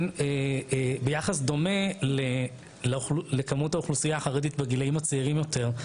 הוא ביחס דומה לכמות האוכלוסייה החרדית בגילאים הצעירים יותר,